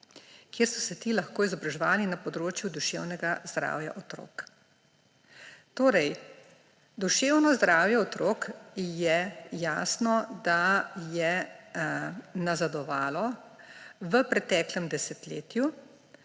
kjer so se ti lahko izobraževali na področju duševnega zdravja otrok. Torej, za duševne zdravje otrok je jasno, da je nazadovalo v preteklem desetletju,